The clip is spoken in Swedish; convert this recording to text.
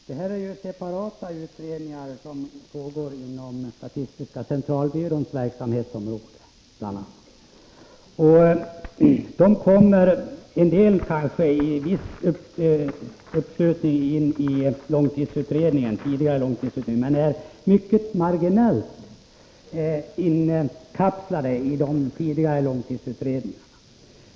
Herr talman! Gerd Engman pekar här på majoritetens skrivning, där man hänvisar till de pågående utredningarna. Det är ju separata utredningar som pågår inom bl.a. statistiska centralbyråns verksamhetsområde. En del av dem kommer kanske att i viss utsträckning tas in i långtidsutredningen. De är mycket marginellt inkapslade i de tidigare långtidsutredningarna.